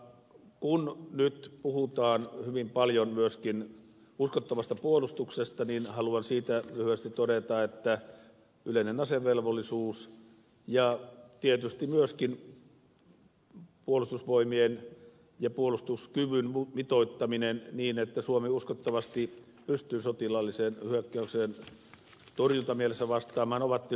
kun nyt puhutaan hyvin paljon myöskin uskottavasta puolustuksesta niin haluan siitä lyhyesti todeta että yleinen asevelvollisuus ja tietysti myöskin puolustusvoimien ja puolustuskyvyn mitoittaminen niin että suomi uskottavasti pystyy sotilaalliseen hyökkäykseen torjuntamielessä vastaamaan ovat tietysti tärkeitä